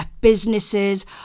businesses